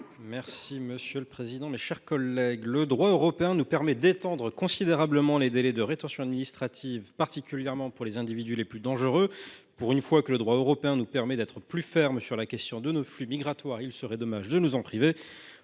: La parole est à M. Christopher Szczurek. Le droit européen nous permet d’étendre considérablement les délais de rétention administrative, particulièrement pour les individus les plus dangereux. Pour une fois que le droit européen nous permet d’être plus fermes sur la question de nos flux migratoires, il serait dommage de nous en priver